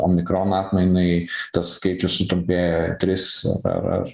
omikron atmainai tas skaičius sutrumpėja tris ar ar